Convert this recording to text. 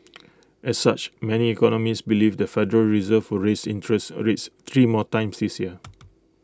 as such many economists believe the federal reserve will raise interest A rates three more times this year